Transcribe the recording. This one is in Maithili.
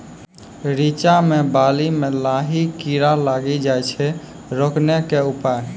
रिचा मे बाली मैं लाही कीड़ा लागी जाए छै रोकने के उपाय?